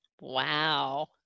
Wow